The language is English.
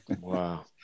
Wow